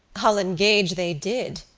i'll engage they did,